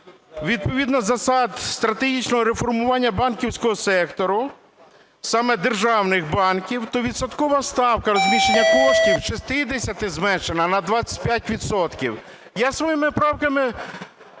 відповідно засад стратегічного реформування банківського сектору, саме державних банків, то відсоткова ставка розміщення коштів з 60-ти зменшена на 25 відсотків. Я своїми правками